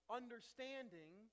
understanding